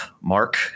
mark